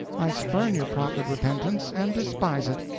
i spurn your proffered repentance, and despise it!